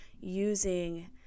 using